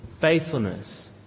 faithfulness